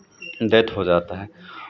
death हो जाता है